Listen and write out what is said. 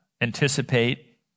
anticipate